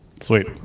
Sweet